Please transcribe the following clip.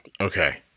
Okay